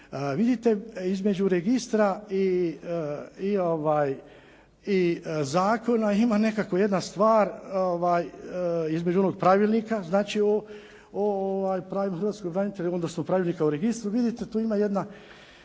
Vidite, između registra i zakona ima nekako jedna stvar između onog Pravilnika o pravima hrvatskih branitelja odnosno Pravilnika o registru. Vidite, tu ima jedna.